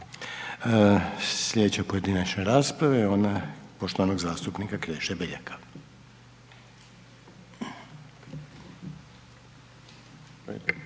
Slijedeće pojedinačne rasprave je ona poštovanog zastupnika Kreše Beljaka.